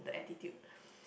the attitude